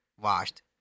washed